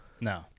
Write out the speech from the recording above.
No